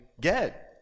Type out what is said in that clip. get